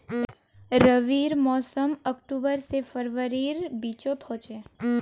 रविर मोसम अक्टूबर से फरवरीर बिचोत होचे